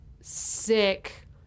sick